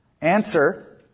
Answer